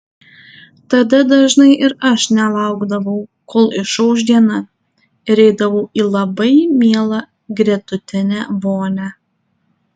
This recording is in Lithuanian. tada dažnai ir aš nelaukdavau kol išauš diena ir eidavau į labai mielą gretutinę vonią